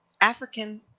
African